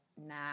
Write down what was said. nah